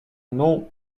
non